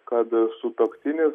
kad sutuoktinis